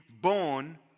born